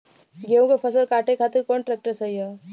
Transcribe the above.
गेहूँक फसल कांटे खातिर कौन ट्रैक्टर सही ह?